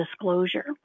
disclosure